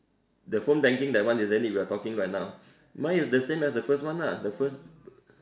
the phone banking that one isn't it we are talking right now mine is the same as the first one lah the first